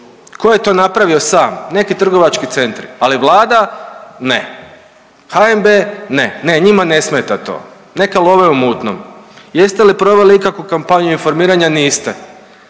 Tko je to napravio sam? Neki trgovački centri, ali Vlada ne. HNB ne, ne, njima ne smeta to. Neka love u mutnom. Jeste li proveli ikakvu kampanju informiranja? Niste.